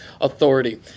authority